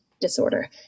disorder